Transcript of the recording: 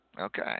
Okay